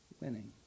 winning